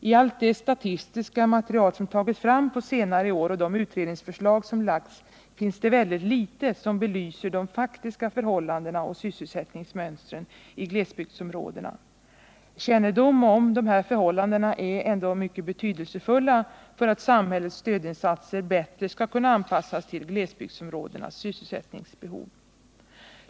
I allt det statistiska material som tagits fram på senare år och de utredningsförslag som lagts finns det väldigt lite som belyser de faktiska förhållandena och sysselsättningsmönstren i glesbygdsområdena. Kännedom om dessa förhållanden är ändå betydelsefulla för att samhällets stödinsatser bättre skall kunna anpassas till glesbygdsområdenas sysselsättningsbehov.